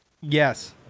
Yes